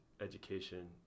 education